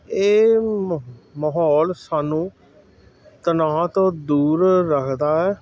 ਇਹ ਮ ਮਾਹੌਲ ਸਾਨੂੰ ਤਣਾਅ ਤੋਂ ਦੂਰ ਰੱਖਦਾ ਹੈ